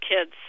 kids